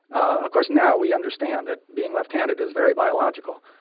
of course, now we understand that being left-handed is very biological.